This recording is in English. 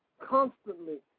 constantly